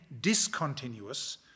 discontinuous